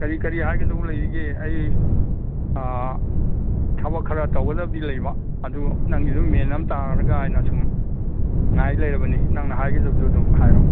ꯀꯔꯤ ꯀꯔꯤ ꯍꯥꯏꯒꯗꯧ ꯂꯩꯔꯤꯒꯦ ꯑꯩ ꯊꯕꯛ ꯈꯔ ꯇꯧꯒꯗꯕꯗꯤ ꯂꯩꯕ ꯑꯗꯨ ꯅꯪꯒꯤꯗꯨ ꯃꯦꯟ ꯑꯃ ꯇꯥꯔꯒꯅ ꯁꯨꯝ ꯉꯥꯏ ꯂꯩꯔꯕꯅꯤ ꯅꯪꯅ ꯍꯥꯏꯒꯗꯕꯗꯨ ꯑꯗꯨꯝ ꯍꯥꯏꯔꯣ